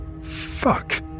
Fuck